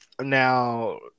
now